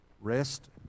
Rest